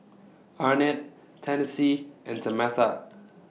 Arnett Tennessee and Tamatha